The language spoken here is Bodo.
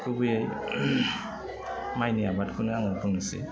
गुबैयै मािनि आबादखौनो आङो बुंनोसै